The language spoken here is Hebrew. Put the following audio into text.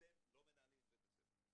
אתם לא מנהלים את בית הספר.